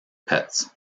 pets